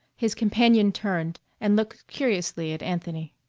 his companion turned and looked curiously at anthony.